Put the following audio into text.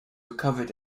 recovered